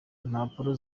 impapuro